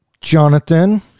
Jonathan